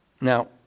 Now